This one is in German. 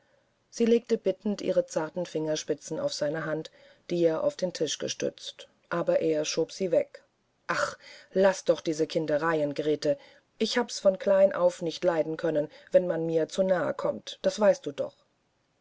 sie legte bittend ihre zarten fingerspitzen auf seine hand die er auf den tisch stützte aber er schob sie weg ach lasse doch diese kindereien grete ich hab's von klein auf nicht leiden können wenn man mir zu nahe kommt das weißt du doch